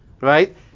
right